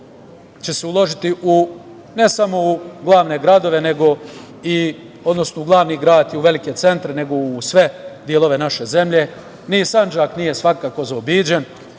će se uložiti, ne samo u glavne gradove, odnosno u glavni grad i velike centre, nego u sve delove naše zemlje. Ni Sandžak nije svakako zaobiđen.